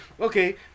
Okay